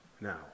now